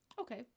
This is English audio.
Okay